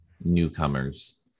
newcomers